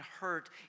hurt